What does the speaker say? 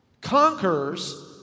conquers